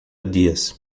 dias